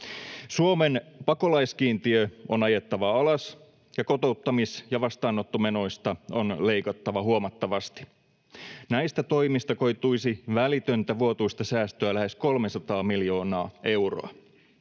Suomen pakolaiskiintiö on ajettava alas, ja kotouttamis- ja vastaanottomenoista on leikattava huomattavasti. Näistä toimista koituisi välitöntä vuotuista säästöä lähes 300 miljoonaa euroa.